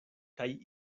kaj